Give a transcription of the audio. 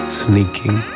sneaking